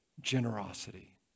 generosity